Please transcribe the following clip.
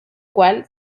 cual